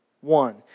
one